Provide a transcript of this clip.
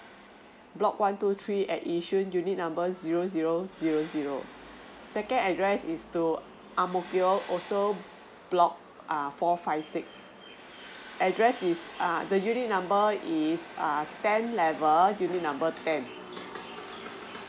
block one two three at yishun unit number zero zero zero zero second address is to ang mo kio also block err four five six address is err the unit number is err ten level unit number ten